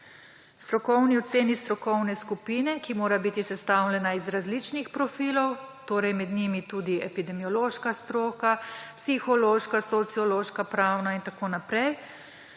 strokovni oceni strokovne skupine, ki mora biti sestavljena iz različnih profilov: epidemiološka stroka, psihološka, sociološka, pravna stroka in tako naprej.